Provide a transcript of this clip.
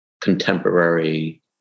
contemporary